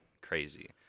Crazy